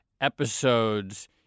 episodes